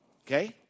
Okay